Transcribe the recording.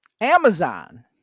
Amazon